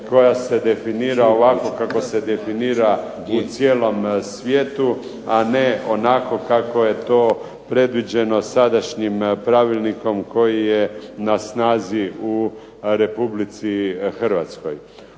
koja se definira ovako kako se definira i cijelom svijetu, a ne onako kako je to predviđeno sadašnjim pravilnikom koji je na snazi u Republici Hrvatskoj.